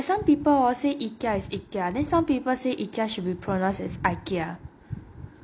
some people hor say ikea is ikea then some people say ikea should be pronounced as ikea